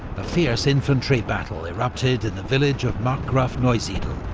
a fierce infantry battle erupted in the village of markgrafneusiedl,